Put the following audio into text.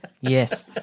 Yes